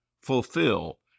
fulfill